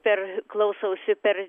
per klausausi per